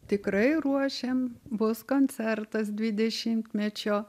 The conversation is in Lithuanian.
tikrai ruošiam bus koncertas dvidešimtmečio